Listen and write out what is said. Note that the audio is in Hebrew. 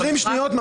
20 שניות.